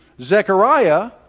Zechariah